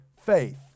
faith